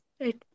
Right